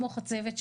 כמו חצבת,